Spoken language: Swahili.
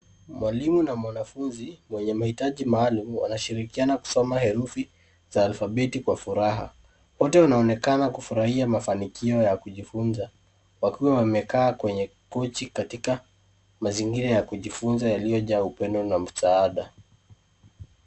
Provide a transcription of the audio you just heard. Mwalimu na mwanafunzi mwenye mahitaji maalum wanashirikiana kusoma herufi za alfabeti kwa furaha. Wote wanaonekana kufurahia mafanikio ya kujifunza wakiwa wamekaa kwenye kochi katika mazingira ya kujifunza yaliyojaa upendo na msaada.